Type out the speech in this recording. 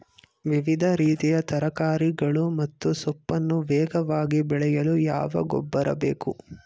ವಿವಿಧ ರೀತಿಯ ತರಕಾರಿಗಳು ಮತ್ತು ಸೊಪ್ಪನ್ನು ವೇಗವಾಗಿ ಬೆಳೆಯಲು ಯಾವ ಗೊಬ್ಬರ ಬೇಕು?